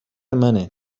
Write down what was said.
منه